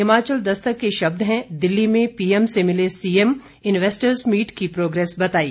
हिमाचल दस्तक के शब्द हैं दिल्ली में पीएम से मिले सीएम इन्वेस्टर्स मीट की प्रोग्रेस बताई